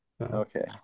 Okay